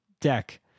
Deck